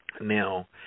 Now